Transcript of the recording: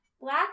Black